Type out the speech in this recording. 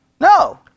No